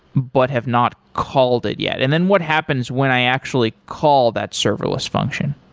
but have not called it yet? and then what happens when i actually call that serverless function?